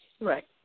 Right